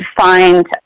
find